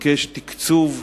מתבקש תקצוב,